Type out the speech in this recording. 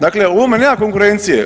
Dakle u ovome nema konkurencije.